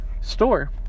store